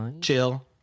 chill